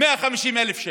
קנס של 150,000 שקל,